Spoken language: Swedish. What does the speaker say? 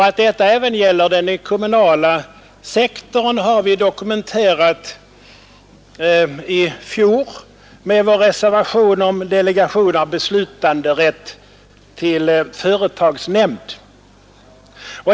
Att detta även gäller den kommunala sektorn har vi dokumenterat i fjor med vår reservation om delegation av beslutanderätt till företagsnämnd.